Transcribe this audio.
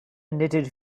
knitted